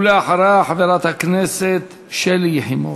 ואחריה חברת הכנסת שלי יחימוביץ.